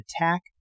attack